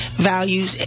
values